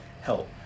help